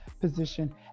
position